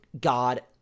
God